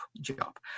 job